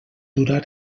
durar